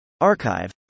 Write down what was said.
Archive